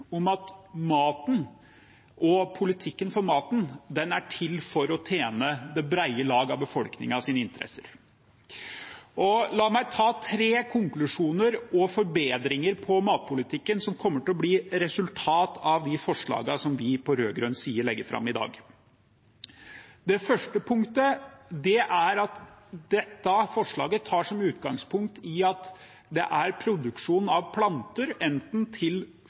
om at maten og politikken for maten er til for å tjene det breie lag av befolkningens interesser. La meg ta tre konklusjoner og forbedringer av matpolitikken som kommer til å bli resultat av de forslagene vi på rød-grønn side legger fram i dag. Det første punktet er forslaget som tar som utgangspunkt at det er produksjon av planter, enten til